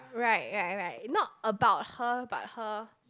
right right right not about her but her